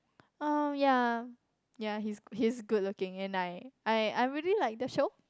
um yea yea he's he's good looking and I I I really like the show